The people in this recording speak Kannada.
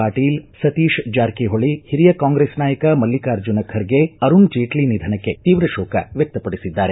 ಪಾಟೀಲ್ ಸತೀಶ್ ಜಾರಕಿಹೊಳಿ ಹಿರಿಯ ಕಾಂಗ್ರೆಸ್ ನಾಯಕ ಮಲ್ವಿಕಾರ್ಜುನ ಖರ್ಗೆ ಅರುಣ್ ಜೇಟ್ಲೆ ನಿಧನಕ್ಕೆ ತೀವ್ರ ಶೋಕ ವ್ಯಕ್ತಪಡಿಸಿದ್ದಾರೆ